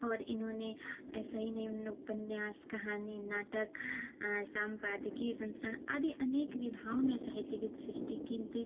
और इन्होंने ऐसे ही नहीं उपन्यास कहानी नाटक संपादकीय संस्करण आदि अनेक विधाओं में साहित्य की सृष्टि किंती